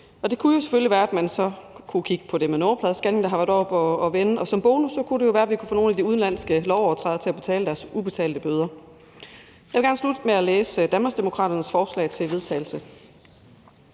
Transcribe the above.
det kunne jo selvfølgelig være, at man så kunne kigge på det med nummerpladescanning, der har været oppe at vende, og som bonus kunne det jo være, at vi kunne få nogle af de udenlandske lovovertrædere til at betale deres ubetalte bøder. Jeg vil gerne slutte af med på vegne af Danmarksdemokraterne at fremsætte følgende: